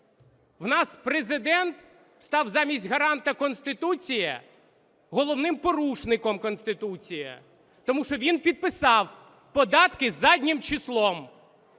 У нас Президент став замість гаранта Конституції головним порушником Конституції, тому що він підписав податки заднім числом